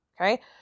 Okay